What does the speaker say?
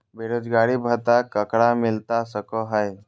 बेरोजगारी भत्ता ककरा मिलता सको है?